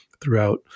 throughout